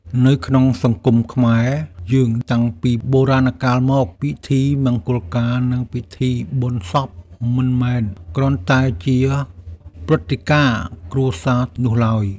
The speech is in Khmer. នៅក្នុងសង្គមខ្មែរយើងតាំងពីបុរាណកាលមក ពិធីមង្គលការនិងពិធីបុណ្យសពមិនមែនគ្រាន់តែជាព្រឹត្តិការណ៍គ្រួសារធម្មតានោះឡើយ។